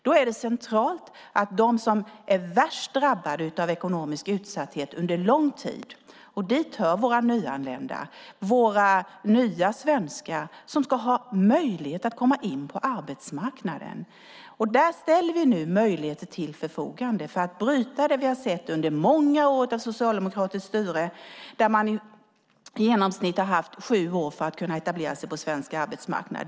Då är det centralt att de som är värst drabbade av ekonomisk utsatthet under lång tid, och dit hör våra nyanlända, våra nya svenskar, ska ha möjlighet att komma in på arbetsmarknaden. Där ställer vi nu möjligheter till förfogande för att bryta det som vi har sett under många år av socialdemokratiskt styre, då det i genomsnitt har tagit sju år för att kunna etablera sig på svensk arbetsmarknad.